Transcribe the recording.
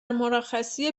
مرخصی